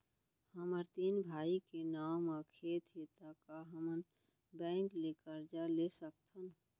हमर तीन भाई के नाव म खेत हे त का हमन बैंक ले करजा ले सकथन?